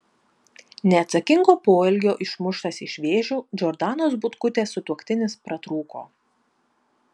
neatsakingo poelgio išmuštas iš vėžių džordanos butkutės sutuoktinis pratrūko